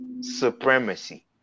supremacy